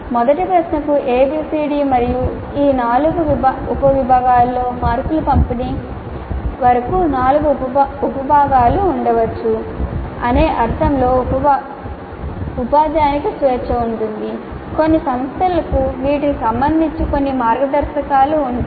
మొదటి ప్రశ్నకు a b c d మరియు ఈ నాలుగు ఉపవిభాగాలలో మార్కుల పంపిణీ వరకు నాలుగు ఉపభాగాలు ఉండవచ్చు అనే అర్థంలో ఉపవిభాగం ఉండవచ్చు ఉపాధ్యాయునికి స్వేచ్ఛ ఉంది కొన్ని సంస్థలకు వీటికి సంబంధించి కొన్ని మార్గదర్శకాలు ఉన్నాయి